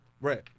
Right